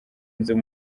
inzu